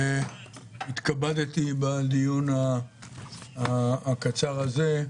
התכבדתי בדיון הקצר הזה,